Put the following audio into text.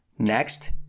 Next